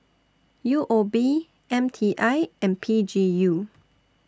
U O B M T I and P G U